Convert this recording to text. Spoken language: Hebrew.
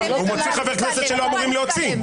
הוא מוציא חבר כנסת שלא אמורים להוציא.